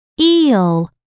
eel